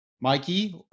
Mikey